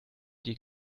die